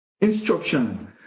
instruction